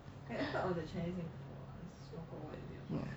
ya